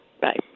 Bye